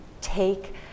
take